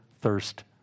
thirst